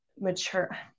mature